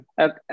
Okay